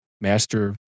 master